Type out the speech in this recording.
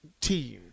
team